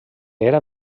era